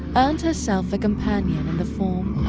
earned herself a companion in the form